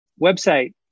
website